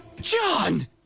John